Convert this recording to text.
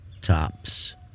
Tops